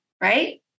right